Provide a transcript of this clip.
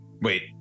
wait